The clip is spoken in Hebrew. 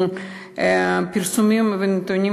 הפרסומים והנתונים,